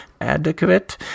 adequate